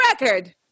record